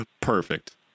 Perfect